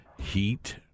Heat